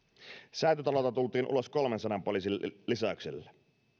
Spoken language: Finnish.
säätytalolta tultiin ulos kolmensadan poliisin lisäyksellä